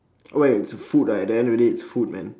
oh ya it's food ah at the end of the day it's food man